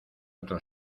otro